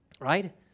right